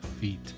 feet